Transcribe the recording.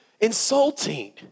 insulting